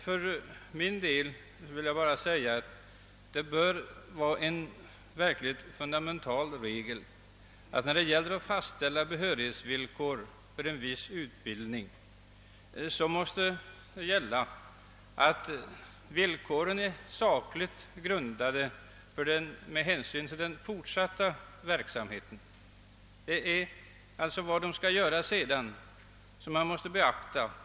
När man skall fastställa behörighetsvillkor för en viss utbildning, så måste det vara en fundamental regel att villkoren är sakligt grundade med hänsyn till den fortsatta verksamheten. Det är vad lärarna skail göra sedan de är utbildade som man måste beakta.